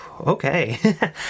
okay